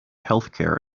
healthcare